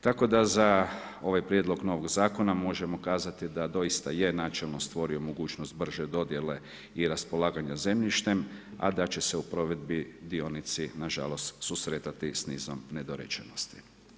Tako da za ovaj prijedlog novog zakona možemo kazati da doista je načelno stvorio mogućnost brže dodjele i raspolaganja zemljištem, a da će se u provedbi dionici nažalost susretati s nizom nedorečenosti.